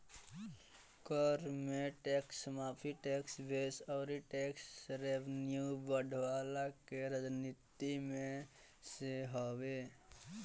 कर में टेक्स माफ़ी, टेक्स बेस अउरी टेक्स रेवन्यू बढ़वला के रणनीति में से हवे